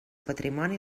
patrimoni